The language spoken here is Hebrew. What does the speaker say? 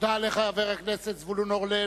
תודה לחבר הכנסת זבולון אורלב,